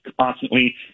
constantly